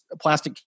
plastic